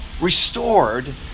restored